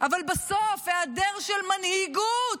אבל בסוף היעדר של מנהיגות